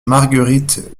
marguerite